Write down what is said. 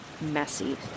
messy